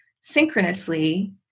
synchronously